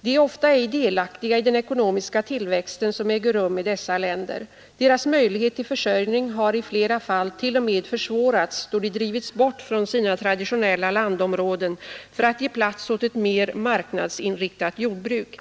De är ofta ej delaktiga i den ekonomiska tillväxten, som äger rum i dessa länder. Deras möjlighet till försörjning har i flera fall till och med försvårats, då de drivits bort från sina traditionella landområden för att ge plats åt ett mer marknadsinriktat jordbruk.